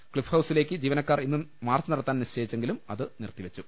ക്സിഫ്ഹൌസിലേക്ക് ജീവ നക്കാർ ഇന്ന് മാർച്ച് നടത്താൻ നിശ്ചയിച്ചെങ്കിലും അത് നിർത്തി വെച്ചു